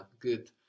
Good